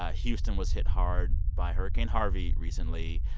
ah houston was hit hard by hurricane harvey recently.